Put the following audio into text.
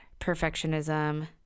perfectionism